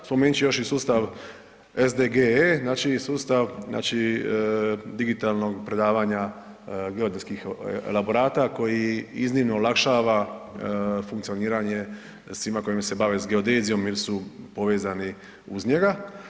Spomenut ću još i sustav SDGE, znači sustav, znači digitalnog predavanja geodetskih elaborata koji iznimno olakšava funkcioniranje svima koji se bave s geodezijom ili su povezani uz njega.